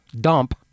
dump